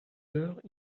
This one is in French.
heures